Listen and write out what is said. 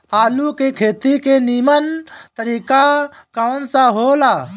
आलू के खेती के नीमन तरीका कवन सा हो ला?